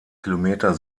kilometer